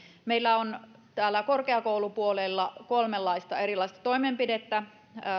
meillä on täällä korkeakoulupuolella kolmenlaista erilaista toimenpidettä